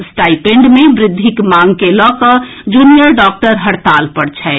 stipend मे वृद्धिक मांग के लड कड जूनियर डॉक्टर हड़ताल पर छथि